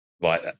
Right